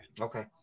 Okay